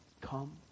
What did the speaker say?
Come